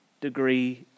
degree